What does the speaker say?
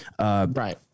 Right